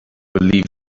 believe